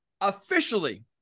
officially